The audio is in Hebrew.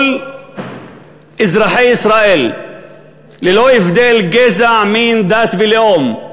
כל אזרחי ישראל ללא הבדל גזע, מין, דת ולאום,